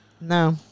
No